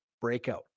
breakout